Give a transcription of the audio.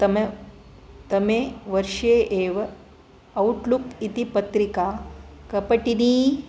तम तमे वर्षे एव औट्लुक् इति पत्रिका कपटिनी